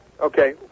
Okay